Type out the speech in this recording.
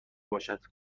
باشد